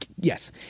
Yes